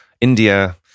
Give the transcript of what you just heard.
India